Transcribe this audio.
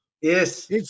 Yes